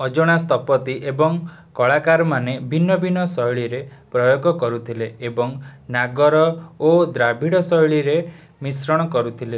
ଅଜଣା ସ୍ଥପତି ଏବଂ କଳାକାରମାନେ ଭିନ୍ନ ଭିନ୍ନ ଶୈଳୀର ପ୍ରୟୋଗ କରିଥିଲେ ଏବଂ ନାଗର ଓ ଦ୍ରାବିଡ଼ ଶୈଳୀର ମିଶ୍ରଣ କରିଥିଲେ